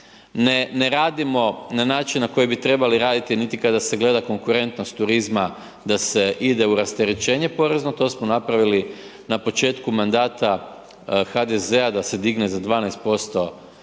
ne radimo na način na koji bi trebali raditi niti kada se gleda konkurentnost turizma da se ide u rasterećenje porezno, to smo napravili na početku mandata HDZ-a da se digne za 12% PDV i sad